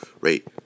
rate